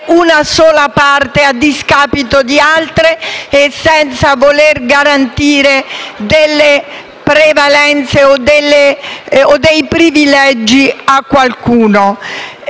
una sola parte a discapito di altre, senza voler garantire prevalenze o privilegi ad alcuno.